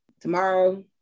tomorrow